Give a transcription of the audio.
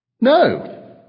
No